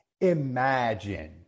imagine